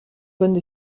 bonnes